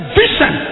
vision